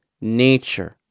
nature